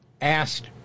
asked